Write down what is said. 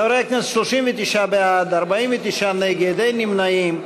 חברי הכנסת, 39 בעד, 49 נגד, אין נמנעים.